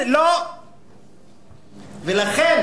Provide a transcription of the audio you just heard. לכן